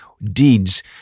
deeds